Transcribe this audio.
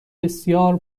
بسیار